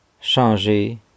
Changer